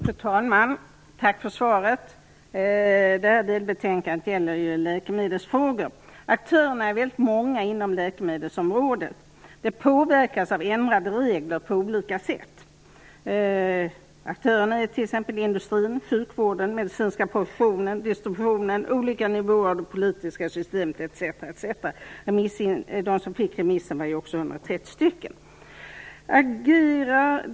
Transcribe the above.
Fru talman! Tack för svaret. Delbetänkandet gäller läkemedelsfrågor, och aktörerna inom läkemedelsområdet är väldigt många. De påverkas på olika sätt av regeländringar. Aktörer är industrin, sjukvården, den medicinska professionen, distributionen, olika nivåer av det politiska systemet etc. Antalet instanser som fick remissuppdraget var 130.